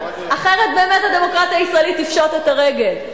אחרת באמת הדמוקרטיה הישראלית תפשוט את הרגל,